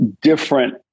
different